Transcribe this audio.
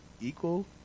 Equal